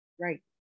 right